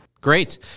great